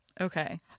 Okay